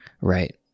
Right